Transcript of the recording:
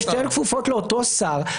ששתיהן כפופות לאותו שר,